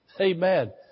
Amen